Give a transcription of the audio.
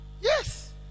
Yes